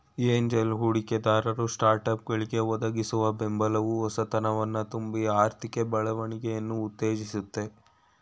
angel ಹೂಡಿಕೆದಾರರು ಸ್ಟಾರ್ಟ್ಅಪ್ಗಳ್ಗೆ ಒದಗಿಸುವ ಬೆಂಬಲವು ಹೊಸತನವನ್ನ ತುಂಬಿ ಆರ್ಥಿಕ ಬೆಳವಣಿಗೆಯನ್ನ ಉತ್ತೇಜಿಸುತ್ತೆ